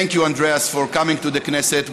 Thank you, Andreas, for coming to the Knesset.